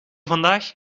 vandaag